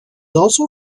also